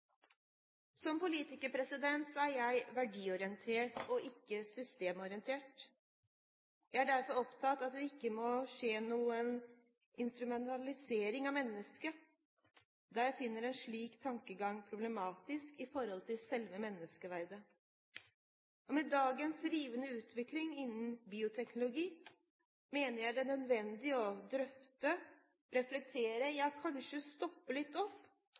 er jeg verdiorientert og ikke systemorientert. Jeg er derfor opptatt av at det ikke må skje noen instrumentalisering av mennesket, da jeg finner en slik tankegang problematisk i forhold til selve menneskeverdet. Med dagens rivende utvikling innen bioteknologi mener jeg det er nødvendig å drøfte, reflektere, ja, kanskje stoppe litt opp